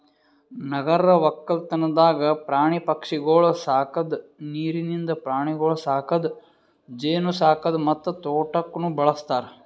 ನಗರ ಒಕ್ಕಲ್ತನದಾಗ್ ಪ್ರಾಣಿ ಪಕ್ಷಿಗೊಳ್ ಸಾಕದ್, ನೀರಿಂದ ಪ್ರಾಣಿಗೊಳ್ ಸಾಕದ್, ಜೇನು ಸಾಕದ್ ಮತ್ತ ತೋಟಕ್ನ್ನೂ ಬಳ್ಸತಾರ್